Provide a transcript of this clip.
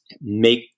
make